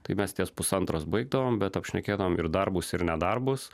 kai mes ties pusantros baigdavom bet apšnekėdavom ir darbus ir nedarbus